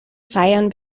feiern